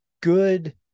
good